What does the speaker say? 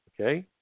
okay